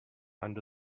under